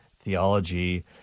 theology